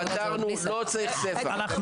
יכול